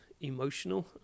emotional